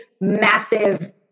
massive